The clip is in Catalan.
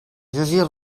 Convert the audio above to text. llegir